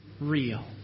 real